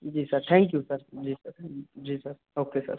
ji sir thank you sir जी sir जी sir okay sir